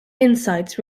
insights